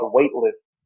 Weightless